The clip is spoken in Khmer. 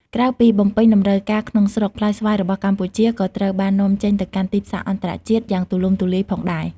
ក្រៅពីបំពេញតម្រូវការក្នុងស្រុក ផ្លែស្វាយរបស់កម្ពុជាក៏ត្រូវបាន នាំចេញទៅកាន់ទីផ្សារអន្តរជាតិ យ៉ាងទូលំទូលាយផងដែរ។